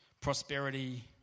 prosperity